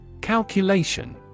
Calculation